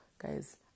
guys